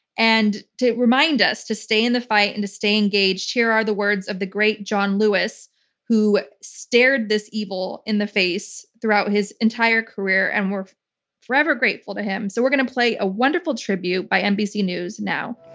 and to remind us to stay in the fight and to stay engaged, here are the words of the great john lewis who stared this evil in the face throughout his entire career and we're forever grateful to him. so we're going to play a wonderful tribute by nbc news now.